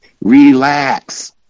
Relax